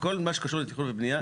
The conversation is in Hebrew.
לכל מה שקשור לתכנון ובנייה,